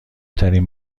ترین